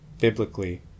biblically